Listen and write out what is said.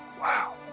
Wow